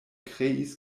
kreis